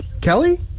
kelly